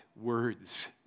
words